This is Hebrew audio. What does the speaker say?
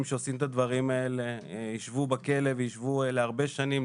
שעושים את הדברים האלה ישבו בכלא ויישבו להרבה שנים.